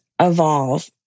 evolve